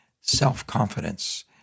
Self-confidence